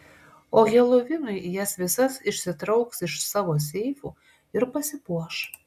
o helovinui jas visas išsitrauks iš savo seifų ir pasipuoš